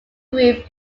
group